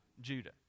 Judah